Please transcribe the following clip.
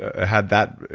ah had that,